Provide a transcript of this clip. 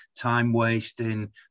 time-wasting